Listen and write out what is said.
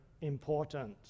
important